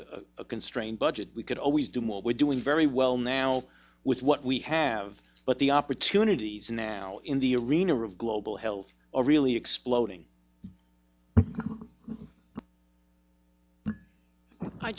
a constrained budget we could always do more we're doing very well now with what we have but the opportunities now in the arena are of global health or really exploding